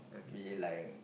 we like